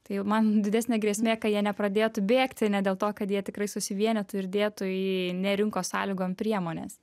tai man didesnė grėsmė kad jie nepradėtų bėgti ne dėl to kad jie tikrai susivienytų ir dėtų į ne rinkos sąlygom priemones